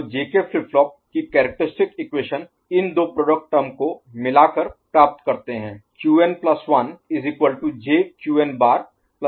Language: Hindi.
तो जेके फ्लिप फ्लॉप की कैरेक्टरिस्टिक इक्वेशन इन दो प्रोडक्ट टर्म को मिला कर प्राप्त करते हैं